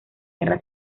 guerra